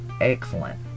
excellent